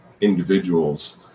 individuals